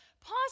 pause